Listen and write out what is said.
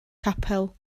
capel